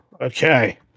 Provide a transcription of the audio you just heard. Okay